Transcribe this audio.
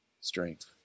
strength